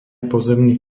pozemných